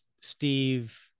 steve